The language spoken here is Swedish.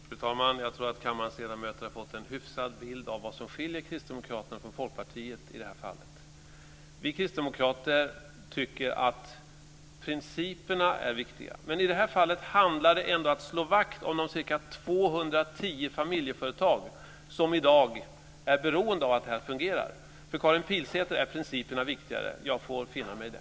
Fru talman! Jag tror att kammarens ledamöter har fått en hyfsad bild av vad som skiljer Kristdemokraterna från Folkpartiet i det här fallet. Vi kristdemokrater tycker att principerna är viktiga, men i det här fallet handlar det ändå om att slå vakt om de ca 210 familjeföretag som i dag är beroende av att det här fungerar. För Karin Pilsäter är principerna viktigare. Jag får finna mig i det.